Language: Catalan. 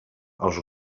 els